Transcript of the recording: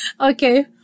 Okay